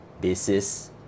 basis